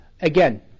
again